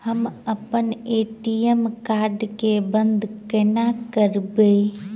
हम अप्पन ATM card केँ बंद कोना करेबै?